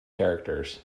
characters